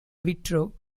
vitro